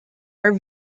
are